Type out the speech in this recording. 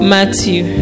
Matthew